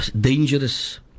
dangerous